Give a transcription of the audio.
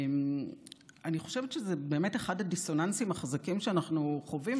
ואני חושבת שזה באמת אחד הדיסוננסים החזקים שאנחנו חווים,